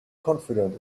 confident